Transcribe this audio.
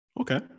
Okay